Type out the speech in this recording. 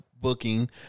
booking